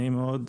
נעים מאוד,